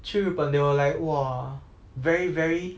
去日本 they will like !wah! very very